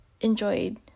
enjoyed